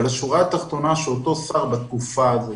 אותו שר בתקופה הזאת